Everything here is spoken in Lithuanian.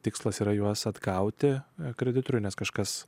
tikslas yra juos atgauti kreditorių nes kažkas